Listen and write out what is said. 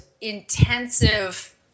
intensive